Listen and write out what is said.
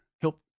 help